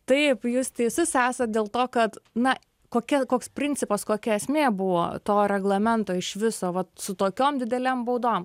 taip jūs teisus esą dėl to kad na kokia koks principas kokia esmė buvo to reglamento iš viso vat su tokiom didelėm baudom